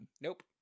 Nope